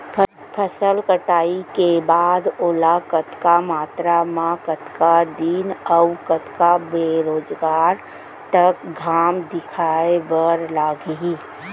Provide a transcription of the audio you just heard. फसल कटाई के बाद ओला कतका मात्रा मे, कतका दिन अऊ कतका बेरोजगार तक घाम दिखाए बर लागही?